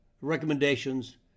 recommendations